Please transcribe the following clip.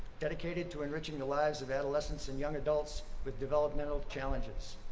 dedicated to enriching the lives of adolescents and young adults with developmental challenges.